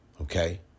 okay